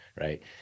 Right